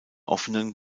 offenen